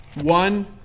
One